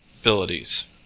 abilities